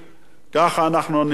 ככה אנחנו נמצאים,